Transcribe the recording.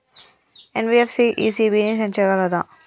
NBFC ECB ని పెంచగలదా?